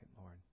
Lord